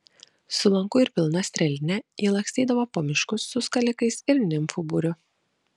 su lanku ir pilna strėline ji lakstydavo po miškus su skalikais ir nimfų būriu